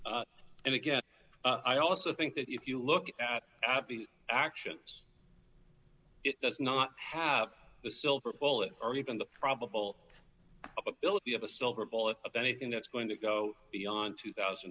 and again i also think that if you look at these actions it does not have the silver bullet or even the probable ability of a silver bullet anything that's going to go beyond two thousand